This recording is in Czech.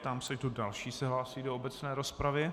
Ptám se, kdo další se hlásí do obecné rozpravy.